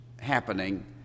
happening